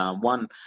One